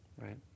right